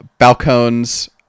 Balcones